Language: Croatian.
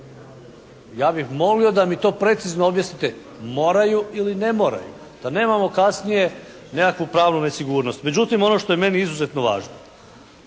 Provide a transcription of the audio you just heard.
Ja bih molio da mi to precizno objasnite. Moraju ili ne moraju, da nemamo kasnije nekakvu pravnu nesigurnost. Međutim, ono što je meni izuzetno važno.